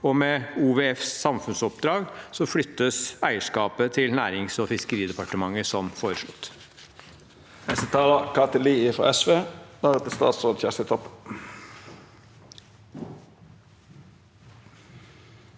og med OVFs samfunnsoppdrag – flyttes til Nærings- og fiskeridepartementet, som foreslått.